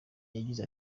yagize